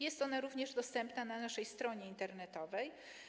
Jest ona również dostępna na naszej stronie internetowej.